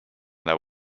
their